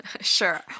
Sure